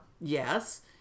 yes